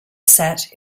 sat